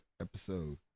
episode